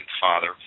Father